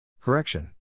Correction